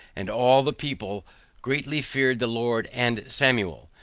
and all the people greatly feared the lord and samuel.